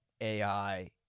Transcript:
ai